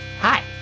Hi